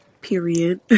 Period